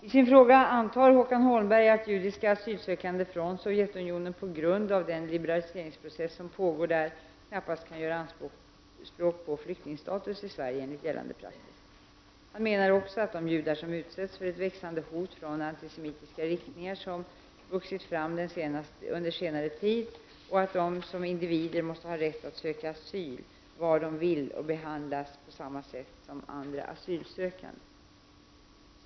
I sin fråga antar Håkan Holmberg att judiska asylsökande från Sovjetunionen på grund av den liberaliseringsprocess som pågår där knappast kan göra anspråk på flyktingstatus i Sverige enligt gällande praxis. Han menar också att de som judar utsätts för ett växande hot från antisemitiska riktningar som vuxit fram under senare tid och att de som individer måste ha rätt att söka asyl var de vill och behandlas på samma sätt som andra asylsökande.